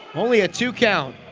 only a two count